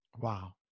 Wow